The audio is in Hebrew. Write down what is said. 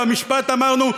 ואמרנו,